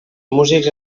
músics